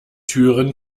türen